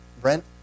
Brent